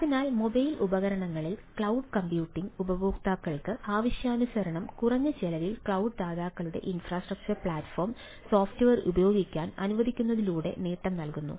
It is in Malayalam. അതിനാൽ മൊബൈൽ ഉപകരണങ്ങളിൽ ക്ലൌഡ് കമ്പ്യൂട്ടിംഗ് ഉപയോക്താക്കൾക്ക് ഇൻഫ്രാസ്ട്രക്ചർ പ്ലാറ്റ് ഉപയോഗിക്കാൻ അനുവദിക്കുന്നതിലൂടെ നേട്ടം നൽകുന്നു